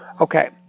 okay